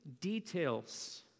details